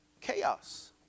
Chaos